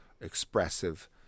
expressive